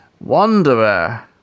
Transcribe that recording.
Wanderer